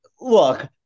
look